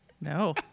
No